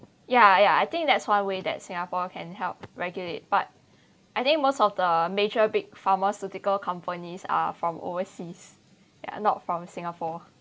ya ya I think that's one way that singapore can help regulate but I think most of the major big pharmaceutical companies are from overseas they’re not from singapore